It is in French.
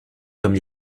comme